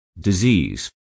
disease